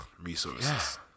resources